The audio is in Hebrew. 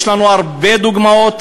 יש לנו הרבה דוגמאות.